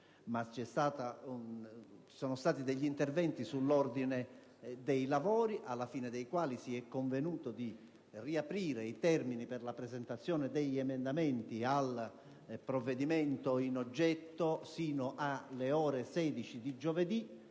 ci sono stati degli interventi sull'ordine dei lavori alla fine dei quali si è convenuto di riaprire i termini per la presentazione degli emendamenti al provvedimento in oggetto sino alle ore 16 di giovedì.